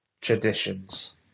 traditions